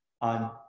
on